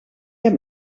heb